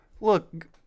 look